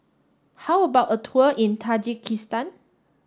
how about a tour in Tajikistan